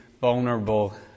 vulnerable